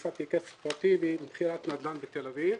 השגתי כסף פרטי במכירת נדל"ן בתל אביב,